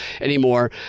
anymore